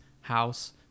house